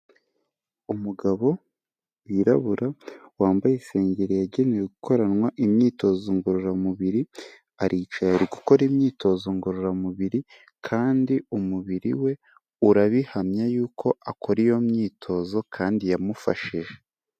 Umugabo wirabura wambaye isengeri yagenewe gukoranwa imyitozo ngororamubiri, aricaye ari gukora imyitozo ngororamubiri, kandi umubiri we urabihamya y'uko akora iyo myitozo kandi yamufashije.